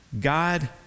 God